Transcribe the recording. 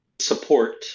Support